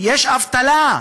יש אבטלה.